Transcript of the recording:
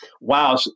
Wow